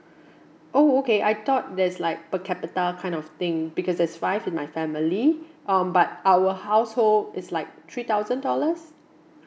oh okay I thought there's like per capita kind of thing because there's five in my family um but our household is like three thousand dollars